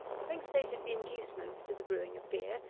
having stated the inducements to the brewing of beer,